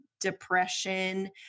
depression